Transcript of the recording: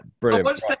brilliant